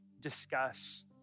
discuss